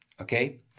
okay